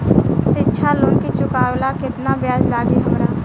शिक्षा लोन के चुकावेला केतना ब्याज लागि हमरा?